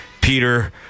Peter